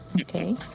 okay